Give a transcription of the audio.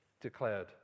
declared